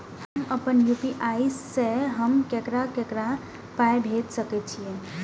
हम आपन यू.पी.आई से हम ककरा ककरा पाय भेज सकै छीयै?